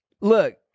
look